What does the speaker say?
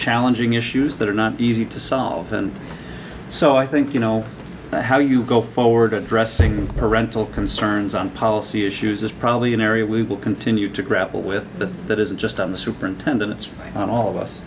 challenging issues that are not easy to solve and so i think you know how you go forward addressing her rental concerns on policy issues is probably an area we will continue to grapple with but that isn't just on the superintendent it's on all of us